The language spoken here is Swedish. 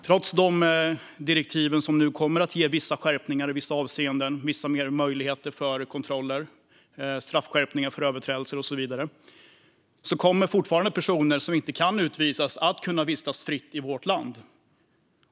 Trots de direktiv som nu kommer att ge vissa skärpningar i vissa avseenden, en del ytterligare möjligheter till kontroller, straffskärpningar vid överträdelser och så vidare kommer personer som inte kan utvisas fortfarande att kunna vistas fritt i vårt land.